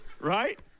Right